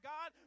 God